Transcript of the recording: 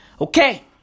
Okay